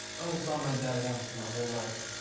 only saw my dad once in my whole life,